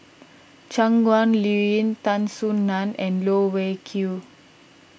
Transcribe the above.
Shangguan Liuyun Tan Soo Nan and Loh Wai Kiew